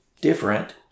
different